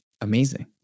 Amazing